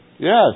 Yes